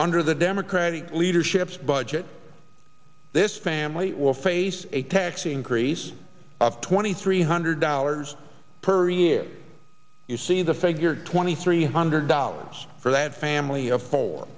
under the democratic leadership's budget this family will face a tax increase of twenty three hundred dollars per year you see the figure twenty three hundred dollars for that family of four